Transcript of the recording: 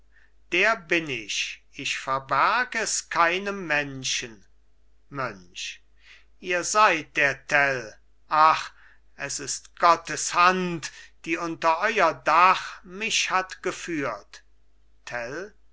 der bin ich ich verberg es keinem menschen mönch ihr seid der tell ach es ist gottes hand die unter euer dach mich hat geführt